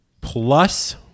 plus